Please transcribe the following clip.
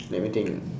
let me think ah